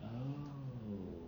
oh